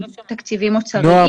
תקציבים אוצריים אלא גם --- נועה,